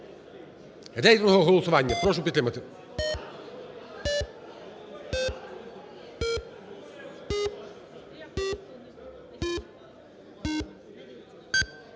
Дякую.